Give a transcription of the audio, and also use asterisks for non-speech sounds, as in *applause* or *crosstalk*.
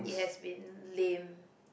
it has been lame *breath*